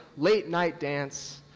late night dance,